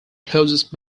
closest